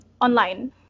online